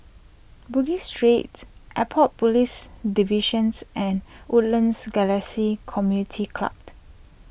Bugis Street Airport Police Divisions and Woodlands Galaxy Community Clubt